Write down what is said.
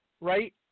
right